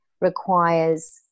requires